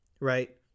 right